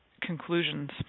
conclusions